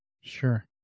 Sure